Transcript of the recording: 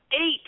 eight